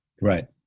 right